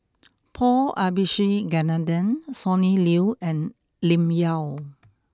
Paul Abisheganaden Sonny Liew and Lim Yau